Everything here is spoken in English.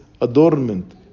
adornment